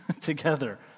together